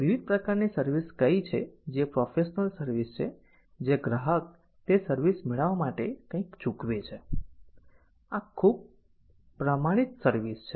તો વિવિધ પ્રકારની સર્વિસ કઈ છે જે પ્રોફેશનલ સર્વિસ છે જ્યાં ગ્રાહક તે સર્વિસ મેળવવા માટે કંઈક ચૂકવે છે અને આ ખૂબ પ્રમાણિત સર્વિસ છે